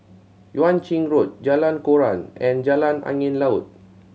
Yuan Ching Road Jalan Koran and Jalan Angin Laut